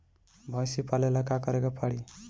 भइसी पालेला का करे के पारी?